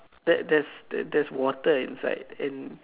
that there's there's water inside and